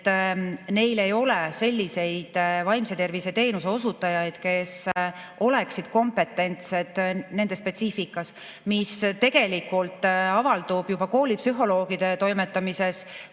meil ei ole selliseid vaimse tervise teenuse osutajaid, kes oleksid kompetentsed nende spetsiifikas. See tegelikult avaldub juba koolipsühholoogide [töös]: ka